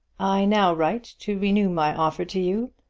i now write to renew my offer to you,